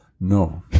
No